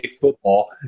football